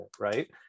right